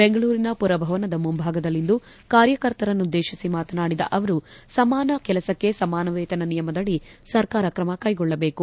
ಬೆಂಗಳೂರಿನ ಪುರಭವನದ ಮುಂಭಾಗದಲ್ಲಿಂದು ಕಾರ್ಯಕರ್ತರನ್ನುದ್ದೇತಿಸಿ ಮಾತನಾಡಿದ ಅವರು ಸಮಾನ ಕೆಲಸಕ್ಕೆ ಸಮಾನ ವೇತನ ನಿಯಮದಡಿ ಸರ್ಕಾರ ಕ್ರಮ ಕೈಗೊಳ್ಟಬೇಕು